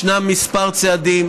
ישנם כמה צעדים,